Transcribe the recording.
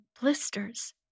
blisters